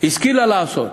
השכילה לעשות,